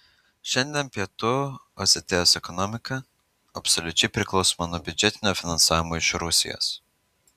šiandien pietų osetijos ekonomika absoliučiai priklausoma nuo biudžetinio finansavimo iš rusijos